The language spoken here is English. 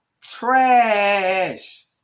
Trash